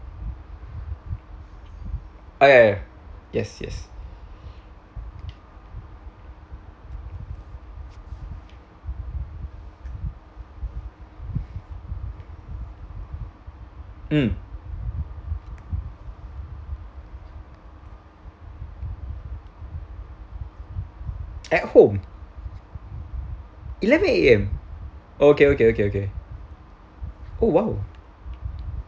okay okay yes yes mm at home eleven A_M okay okay okay okay oh !wow!